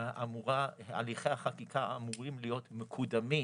הליכי החקיקה אמורים להיות מקודמים